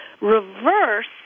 reverse